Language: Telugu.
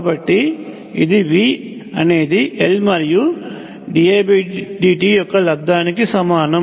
కాబట్టి ఇది V అనేది L మరియు didt యొక్క లబ్ధానికి సమానం